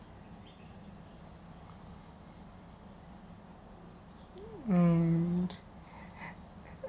um